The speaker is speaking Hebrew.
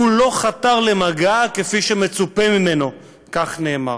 הוא לא חתר למגע כפי שמצופה ממנו, כך נאמר.